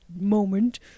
moment